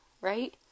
right